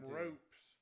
ropes